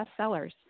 bestsellers